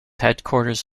headquarters